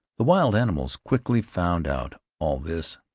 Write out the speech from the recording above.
the wild animals quickly found out all this.